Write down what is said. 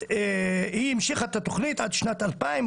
היא המשיכה את התכנית עד שנת 2000,